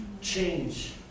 change